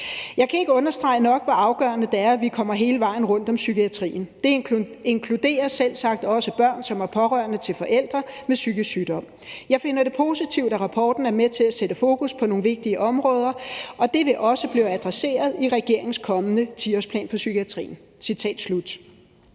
Jeg kan ikke understrege nok, hvor afgørende det er, at vi kommer hele vejen rundt om psykiatrien. Det inkluderer selvsagt også børn, som er pårørende til forældre med psykisk sygdom. Jeg finder det positivt, at rapporten er med til at sætte fokus på nogle vigtige områder, og det vil også blive adresseret i regeringens kommende 10-årsplan for psykiatrien.